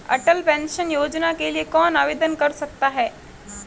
अटल pension योजना के लिए कौन आवेदन कर सकता है?